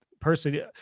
personally